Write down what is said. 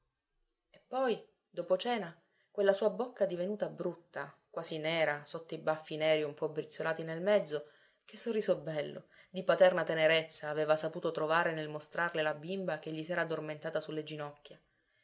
e poi dopo cena quella sua bocca divenuta brutta quasi nera sotto i baffi neri un po brizzolati nel mezzo che sorriso bello di paterna tenerezza aveva saputo trovare nel mostrarle la bimba che gli s'era addormentata sulle ginocchia